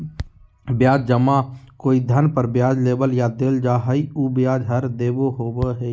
ब्याज जमा कोई धन पर ब्याज लेबल या देल जा हइ उ ब्याज दर होबो हइ